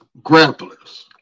grapplers